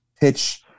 pitch